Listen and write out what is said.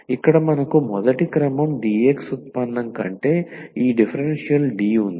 ఇక్కడ మనకు మొదటి క్రమం dx ఉత్పన్నం కంటే ఈ డిఫరెన్షియల్ d ఉంది